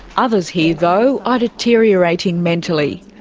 others here though, are deteriorating mentally.